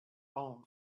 own